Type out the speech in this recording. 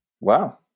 Wow